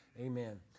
Amen